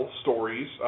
stories